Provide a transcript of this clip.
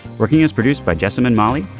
working is produced by jasmine mali.